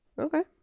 Okay